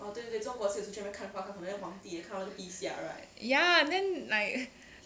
ya then like